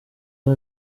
aho